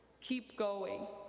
keep going,